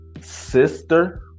sister